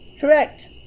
Correct